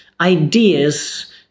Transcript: ideas